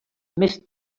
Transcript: més